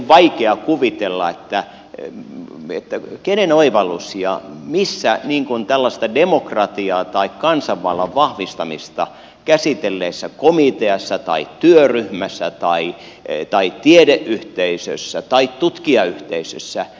vaikea kuvitella kenen oivallus tämä on ja missä demokratiaa tai kansanvallan vahvistamista käsitelleessä komiteassa tai työryhmässä tai tiedeyhteisössä tai tutkijayhteisössä tällaista on esitetty